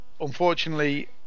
unfortunately